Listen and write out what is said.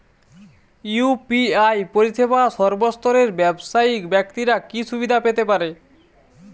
UPI পরিসেবা সর্বস্তরের ব্যাবসায়িক ব্যাক্তিরা কি সুবিধা পেতে পারে?